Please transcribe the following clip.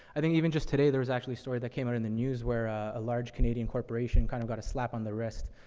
i think even just today, there was actually a story that came out in the news, where a, a large canadian corporation kind of got a slap on the wrist,